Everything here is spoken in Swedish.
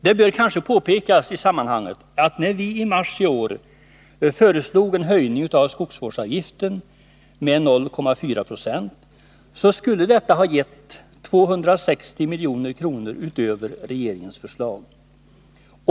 Det bör kanske i sammanhanget påpekas att den höjning av skogsvårdsvagiften med 0,4 90 som vi föreslog i mars i år skulle ha gett 260 milj.kr. utöver regeringens förslag.